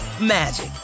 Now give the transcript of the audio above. magic